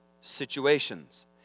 situations